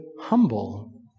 humble